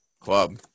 Club